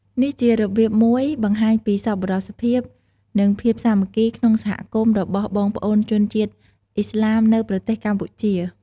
នេះជារបៀបមួយបង្ហាញពី សប្បុរសភាព និងភាពសាមគ្គីក្នុងសហគមន៍របស់បងប្អូនជនជាតិឥស្លាមនៅប្រទេសកម្ពុជា។